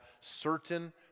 certain